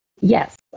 Yes